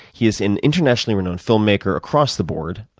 he is an internationally renowned filmmaker across the board,